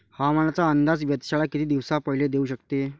हवामानाचा अंदाज वेधशाळा किती दिवसा पयले देऊ शकते?